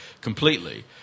completely